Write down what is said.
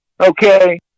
Okay